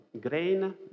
grain